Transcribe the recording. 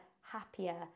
happier